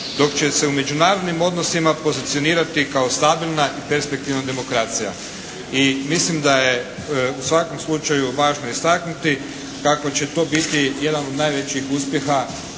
dok će se u međunarodnim odnosima pozicionirati kao stabilna i perspektivna demokracija. I mislim da je u svakom slučaju važno istaknuti kako će to biti jedan od najvećih uspjeha